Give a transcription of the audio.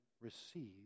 receive